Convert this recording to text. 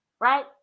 right